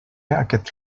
aquest